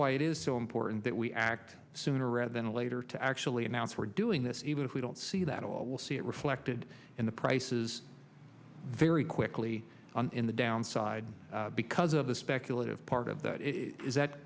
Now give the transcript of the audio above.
why it is so important that we act sooner rather than later to actually announce we're doing this even if we don't see that i will see it reflected in the prices very quickly in the downside because of the speculative part of that is that